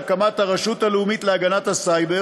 בהקמת הרשות הלאומית להגנת הסייבר.